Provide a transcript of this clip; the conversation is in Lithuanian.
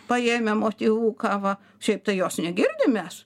paėmę motyvuką va šiaip tai jos negirdim mes